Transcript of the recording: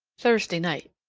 thursday night.